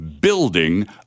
building